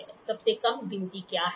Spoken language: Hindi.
सबसे कम गिनती क्या है